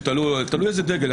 תלוי איזה דגל.